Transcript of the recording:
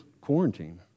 quarantine